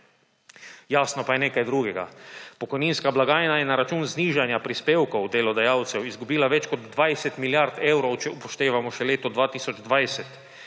Jasno pa je nekaj drugega. Pokojninska blagajna je na račun znižanja prispevkov delodajalcev izgubila več kot 20 milijard evrov, če upoštevamo še leto 2020.